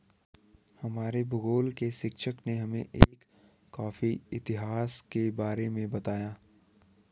हमारे भूगोल के शिक्षक ने हमें एक कॉफी इतिहास के बारे में बताया